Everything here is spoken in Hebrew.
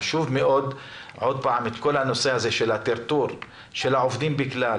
חשוב מאוד כל נושא הטרטור של העובדים בכלל